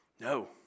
No